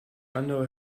andere